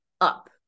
up